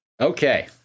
Okay